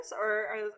or-